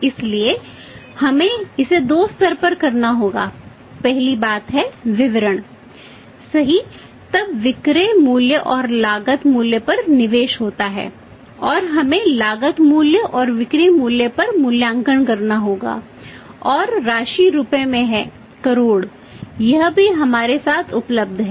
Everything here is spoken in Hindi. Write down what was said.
इसलिए हमें इसे दो स्तरों पर करना होगा पहली बात है विवरण सही तब विक्रय मूल्य और लागत मूल्य पर निवेश होता है और हमें लागत मूल्य और विक्रय मूल्य पर मूल्यांकन करना होगा और राशि रुपये में है करोड़ यह भी हमारे साथ उपलब्ध है